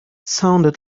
sounded